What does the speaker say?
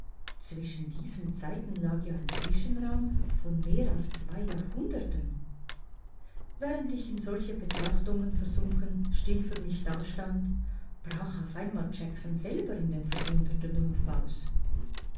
zwischen diesen zeiten lag ja ein zwischenraum von mehr als zwei jahrhunderten während ich in solche betrachtungen versunken still für mich dastand brach auf einmal jackson selber in den verwunderten ruf aus